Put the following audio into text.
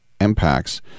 impacts